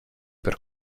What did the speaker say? per